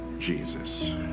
Jesus